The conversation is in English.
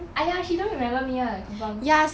!aiya! she don't remember me [one] confirm